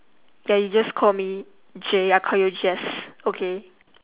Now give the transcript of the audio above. ya you just call me J I call you jace okay